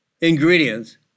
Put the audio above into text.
Ingredients